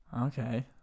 Okay